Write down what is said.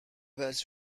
was